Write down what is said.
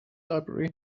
library